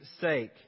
sake